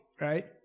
right